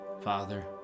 Father